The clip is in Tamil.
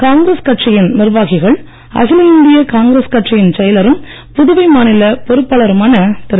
காங்கிரஸ் கட்சியினர் நிர்வாகிகள் அகில இந்திய காங்கிரஸ் கட்சியின் செயலரும் புதுவை மாநில பொறுப்பாளருமான திரு